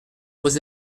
vos